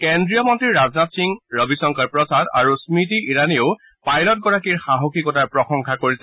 কেন্দ্ৰীয় মন্ত্ৰী ৰাজনাথ সিং ৰবিশংকৰ প্ৰসাদ আৰু স্মৃতি ইৰাণীও পাইলট গৰাকীৰ সাহসীকতাৰ প্ৰশংসা কৰিছে